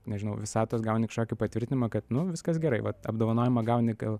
nežinau visatos gauni kažkokį patvirtinimą kad nu viskas gerai vat apdovanojimą gauni gal